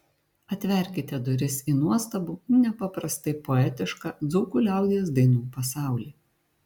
atverkite duris į nuostabų nepaprastai poetišką dzūkų liaudies dainų pasaulį